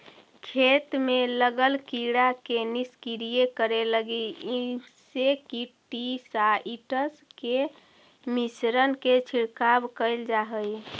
खेत में लगल कीड़ा के निष्क्रिय करे लगी इंसेक्टिसाइट्स् के मिश्रण के छिड़काव कैल जा हई